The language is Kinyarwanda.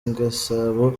igisabo